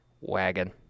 Wagon